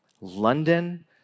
London